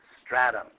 stratum